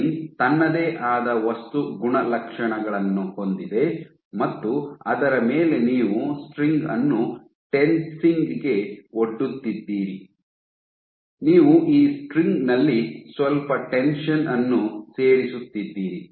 string ತನ್ನದೇ ಆದ ವಸ್ತು ಗುಣಲಕ್ಷಣಗಳನ್ನು ಹೊಂದಿದೆ ಮತ್ತು ಅದರ ಮೇಲೆ ನೀವು ಸ್ಟ್ರಿಂಗ್ ಅನ್ನು ಟೆನ್ಸಿಂಗ್ ಗೆ ಒಡ್ಡುತ್ತಿದ್ದೀರಿ ನೀವು ಈ ಸ್ಟ್ರಿಂಗ್ ನಲ್ಲಿ ಸ್ವಲ್ಪ ಟೆನ್ಷನ್ ಅನ್ನು ಸೇರಿಸುತ್ತಿದ್ದೀರಿ